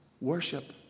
Worship